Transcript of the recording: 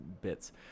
bits